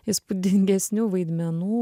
įspūdingesnių vaidmenų